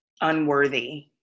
unworthy